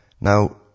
Now